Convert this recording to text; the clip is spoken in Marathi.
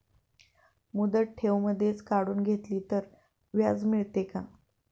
मुदत ठेव मधेच काढून घेतली तर व्याज मिळते का?